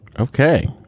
Okay